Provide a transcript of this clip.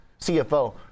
CFO